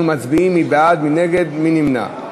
אנחנו מצביעים, מי בעד, מי נגד, מי נמנע?